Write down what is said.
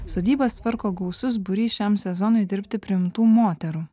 sodybas tvarko gausus būrys šiam sezonui dirbti priimtų moterų